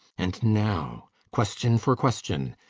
and now question for question.